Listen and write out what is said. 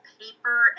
paper